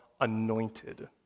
anointed